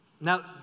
Now